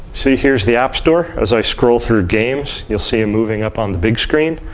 see here's the app store. as i scroll through games, you'll see it moving up on the big screen.